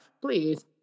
Please